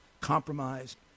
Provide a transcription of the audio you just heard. compromised